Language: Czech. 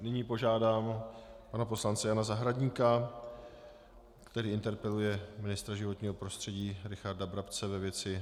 Nyní požádám pana poslance Jana Zahradníka, který interpeluje ministra životního prostředí Richarda Brabce ve věci sedmé verze OPŽP.